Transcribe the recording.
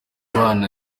abana